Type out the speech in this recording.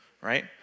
right